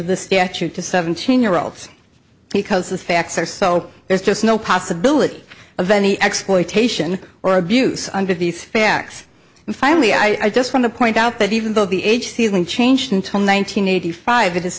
of the statute to seventeen year olds because the facts are so there's just no possibility of any exploitation or abuse under these facts and finally i just want to point out that even though the age feeling changed in tone one nine hundred eighty five i